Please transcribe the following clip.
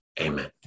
Amen